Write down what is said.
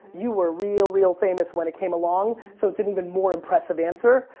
you were real, real famous when it came along so it's an even more impressive answer.